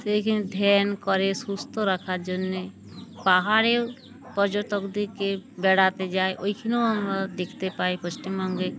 সেইখানে ধ্যান করে সুস্থ রাখার জন্যে পাহাড়েও পর্যটকদেরকে বেড়াতে যায় ওইখানেও আমরা দেখতে পাই পশ্চিমবঙ্গে